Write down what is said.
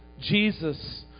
Jesus